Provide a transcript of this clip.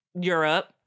Europe